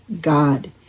God